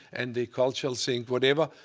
and the cultural things, whatever.